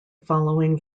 following